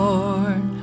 Lord